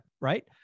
right